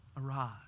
arise